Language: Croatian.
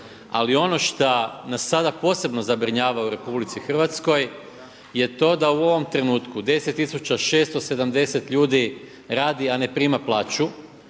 Ali ono šta nas sada posebno zabrinjava u RH je to da u ovom trenutku 10670 ljudi radi a ne prima plaću.